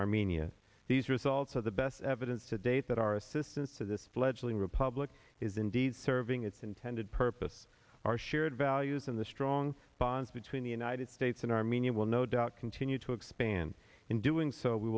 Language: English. armenia these results are the best evidence to date that our assistance to this fledgling republic is indeed serving its intended purpose our shared values and the strong bonds between the united states and armenia will no doubt continue to expand in doing so we